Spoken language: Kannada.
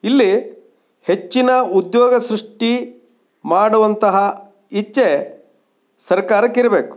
ಇಲ್ಲಿ ಹೆಚ್ಚಿನ ಉದ್ಯೋಗ ಸೃಷ್ಟಿ ಮಾಡುವಂತಹ ಇಚ್ಛೆ ಸರ್ಕಾರಕ್ಕೆ ಇರಬೇಕು